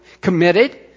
committed